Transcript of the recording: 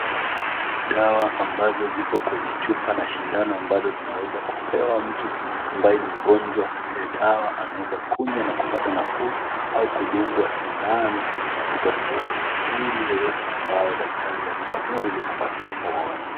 Dawa, ambazo zipo kwenye chupa na sindano ambazo zinaweza kupewa mtu ambaye ni mgonjwa. Lile dawa anaweza kunywa na kupata nafuu au kudungwa sindano katika sehemu ya mwili yoyote ambayo daktari atamua ili kupata apone.